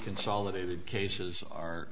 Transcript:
consolidated cases are